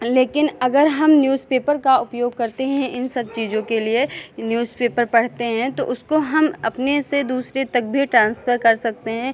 लेकिन अगर हम न्यूज़पेपर का उपयोग करते हैं इन सब चीज़ों के लिए न्यूज़पेपर पढ़ते हैं तो उसको हम अपने से दूसरे तक भी ट्रांसफ़र कर सकते हैं